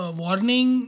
warning